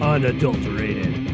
Unadulterated